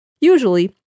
usually